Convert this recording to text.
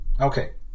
Okay